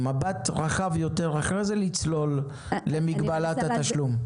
מבט רחב יותר ואחרי זה לצלול למגבלת התשלום.